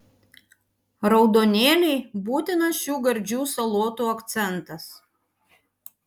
raudonėliai būtinas šių gardžių salotų akcentas